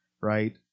right